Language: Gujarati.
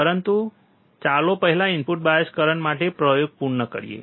પરંતુ ચાલો પહેલા ઇનપુટ બાયસ કરંટ માટે પ્રયોગ પૂર્ણ કરીએ